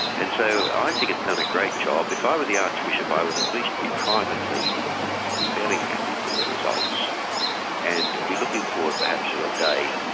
and so i think it's done a great job. if ah i were the archbishop i would at least be privately fairly happy with the results and be looking forward perhaps to a day